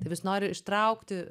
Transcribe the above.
tai vis nori ištraukti